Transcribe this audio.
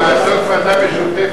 אוקיי.